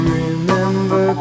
remember